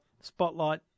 spotlight